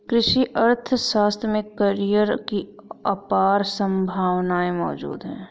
कृषि अर्थशास्त्र में करियर की अपार संभावनाएं मौजूद है